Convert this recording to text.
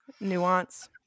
nuance